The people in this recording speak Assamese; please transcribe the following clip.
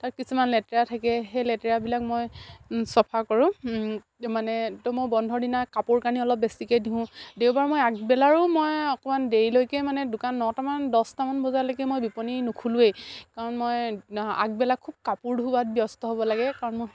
তাত কিছুমান লেতেৰা থাকে সেই লেতেৰাবিলাক মই চাফা কৰোঁ মানে ত' মই বন্ধৰ দিনা কাপোৰ কানি অলপ বেছিকৈ ধুও দেওবাৰ মই আগবেলাৰো মই অকণমান দেৰিলৈকে মানে দোকান নটামান দছটামান বজালৈকে মই বিপণী নুখুলোৱেই কাৰণ মই আগবেলা খুব কাপোৰ ধোৱাত ব্যস্ত হ'ব লাগে কাৰণ মোৰ